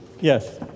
Yes